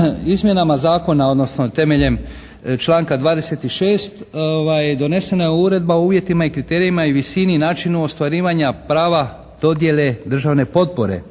izmjenama zakona odnosno temeljem članka 26. donesena je uredba o uvjetima i kriterijima i visini i načinu ostvarivanja prava dodjele državne potpore